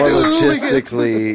logistically